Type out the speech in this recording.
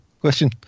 question